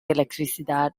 electricidad